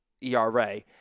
ERA